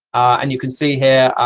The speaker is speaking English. and you can see, here,